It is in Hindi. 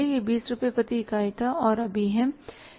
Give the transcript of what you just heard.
यह 20 रुपये प्रति इकाई था और अभी है